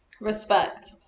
respect